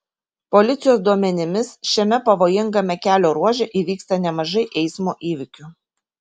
policijos duomenimis šiame pavojingame kelio ruože įvyksta nemažai eismo įvykių